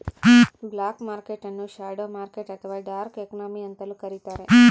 block market ನ್ನು shadow market ಅಥವಾ dark economy ಅಂತಲೂ ಕರಿತಾರೆ